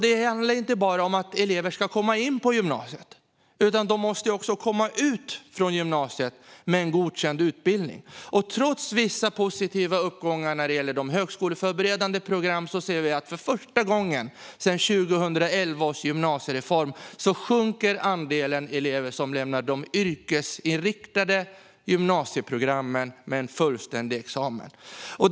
Det handlar inte bara om att elever ska komma in på gymnasiet, utan de måste också komma ut från gymnasiet med en godkänd utbildning. Trots en viss uppgång när det gäller de högskoleförberedande programmen ser vi att andelen elever som lämnar de yrkesinriktade gymnasieprogrammen med en fullständig examen sjunker för första gången sedan 2011 års gymnasiereform.